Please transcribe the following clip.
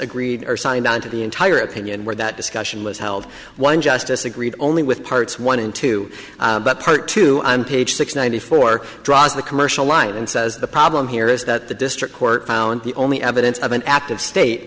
agreed or signed on to the entire opinion where that discussion was held one just disagreed only with parts one and two but part two i'm page six ninety four draws the commercial line and says the problem here is that the district court found the only evidence of an active state